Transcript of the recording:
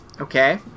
Okay